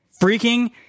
freaking